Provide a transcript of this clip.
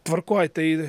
tvarkoj tai